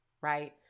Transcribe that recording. right